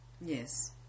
Yes